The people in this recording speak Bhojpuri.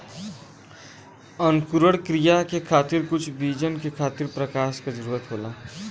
अंकुरण क्रिया के खातिर कुछ बीजन के खातिर प्रकाश क जरूरत होला